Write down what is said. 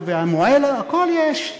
והמועל הכול יש,